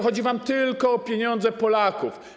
Chodzi wam tylko o pieniądze Polaków.